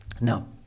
no